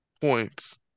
points